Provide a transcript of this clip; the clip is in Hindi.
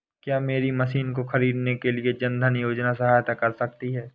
क्या मेरी मशीन को ख़रीदने के लिए जन धन योजना सहायता कर सकती है?